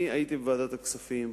אני הייתי בוועדת הכספים,